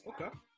Okay